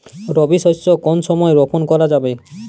রবি শস্য কোন সময় রোপন করা যাবে?